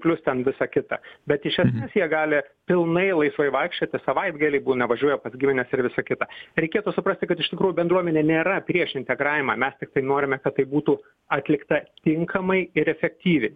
plius ten visa kita bet iš esmės jie gali pilnai laisvai vaikščioti savaitgalį būna važiuoja pas gimines ir visa kita reikėtų suprasti kad iš tikrųjų bendruomenė nėra prieš integravimą mes tiktai norime kad tai būtų atlikta tinkamai ir efektyviai